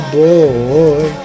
boy